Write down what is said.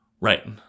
Right